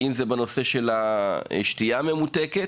כמו למשל בנושא השתייה הממותקת.